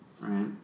right